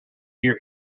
hear